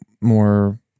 more